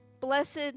Blessed